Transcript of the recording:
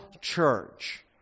church